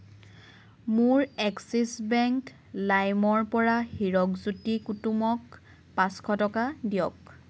মোৰ Axis bank লাইমৰ পৰা হিৰাকজ্যোতি কুতুমক পাঁচশ টকা দিয়ক